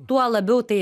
tuo labiau tai dar